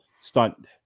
stunt